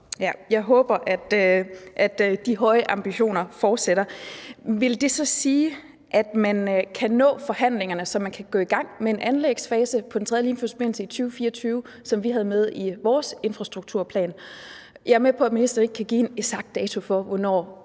Jeg håber, at de høje ambitioner fortsætter. Vil det så sige, at man kan nå forhandlingerne, så man kan gå i gang med en anlægsfase på den tredje Limfjordsforbindelse i 2024, som vi havde med i vores infrastrukturplan? Jeg er med på, at ministeren ikke kan give en eksakt dato for, hvornår